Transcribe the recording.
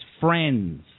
friends